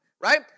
right